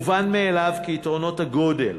מובן מאליו שיתרונות הגודל